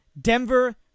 Denver